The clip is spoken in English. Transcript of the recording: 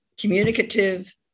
communicative